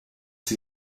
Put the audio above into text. sie